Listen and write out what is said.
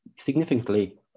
significantly